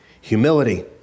humility